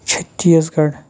چھٔتیٖس گڑھ